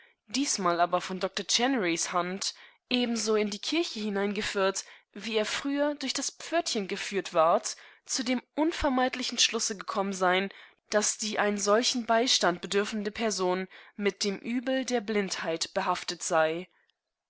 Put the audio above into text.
diesmal aber von doktor chennerys hand ebenso in die kirche hineingeführt wie er früher durch das pförtchen geführt ward zu dem unvermeidlichen schlusse gekommen sein daßdieeinensolchenbeistandbedürfendepersonmitdemübelderblindheitbehaftet sei